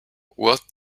what